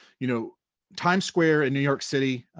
you know times square in new york city,